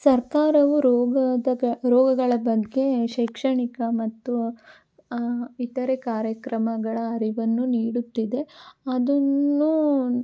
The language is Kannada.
ಸರ್ಕಾರವು ರೋಗದ ಗ ರೋಗಗಳ ಬಗ್ಗೆ ಶೈಕ್ಷಣಿಕ ಮತ್ತು ಇತರೆ ಕಾರ್ಯಕ್ರಮಗಳ ಅರಿವನ್ನು ನೀಡುತ್ತಿದೆ ಅದನ್ನು